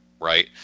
right